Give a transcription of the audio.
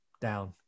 down